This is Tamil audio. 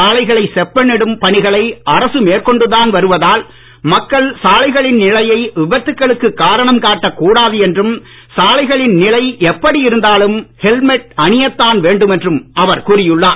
சாலைகளை செப்பனிடும் பணிகளை அரசு மேற்கொண்டுதான் வருவதால் மக்கள் சாலைகளின் நிலையை விபத்துக்களுக்கு காரணம் காட்ட கூடாது என்றும் சாலைகளின் நிலை எப்படி இருந்தாலும் ஹெல்மெட் அணியத்தான் வேண்டும் என்றும் அவர் கூறியுள்ளார்